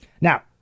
Now